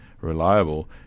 reliable